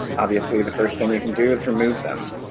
obviously the first thing you can do is remove them,